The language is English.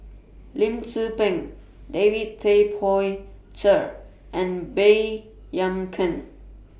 Lim Tze Peng David Tay Poey Cher and Baey Yam Keng